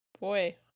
Boy